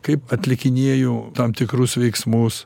kaip atlikinėju tam tikrus veiksmus